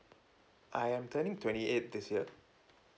I am turning twenty eight this year